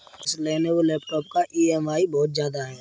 इस Lenovo laptop का EMI बहुत ज्यादा है